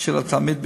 של התלמיד בטיפול,